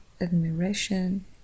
admiration